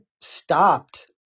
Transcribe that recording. stopped